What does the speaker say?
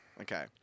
Okay